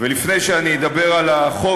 ולפני שאני אדבר על החוק,